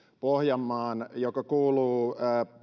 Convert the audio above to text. joka kuuluu